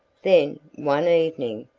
then, one evening,